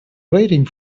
waiting